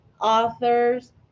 authors